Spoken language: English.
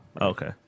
Okay